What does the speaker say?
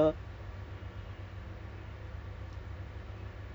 I don't I also don't think I have that much friends